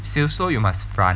still so you must run